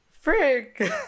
Frick